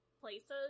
places